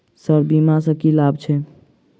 Sir बीमा सँ की लाभ छैय?